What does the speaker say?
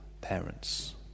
parents